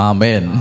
Amen